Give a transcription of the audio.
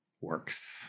works